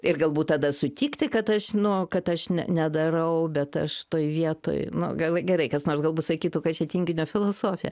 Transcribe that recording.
ir galbūt tada sutikti kad aš nu kad aš ne nedarau bet aš toj vietoj nu gal gerai kas nors galbūt sakytų kad čia tinginio filosofija